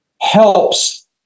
helps